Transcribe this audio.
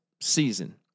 season